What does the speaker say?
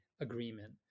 agreement